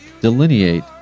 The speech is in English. delineate